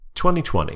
2020